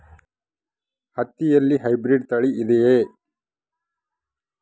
ಹತ್ತಿಯಲ್ಲಿ ಹೈಬ್ರಿಡ್ ತಳಿ ಇದೆಯೇ?